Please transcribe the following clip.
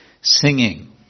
singing